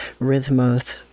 rhythmoth